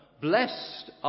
Blessed